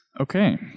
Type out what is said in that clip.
Okay